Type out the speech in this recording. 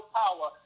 power